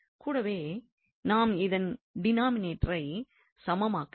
கூடவே நாம் இதன் டினாமிநேடரை சமமாக்குகிறோம்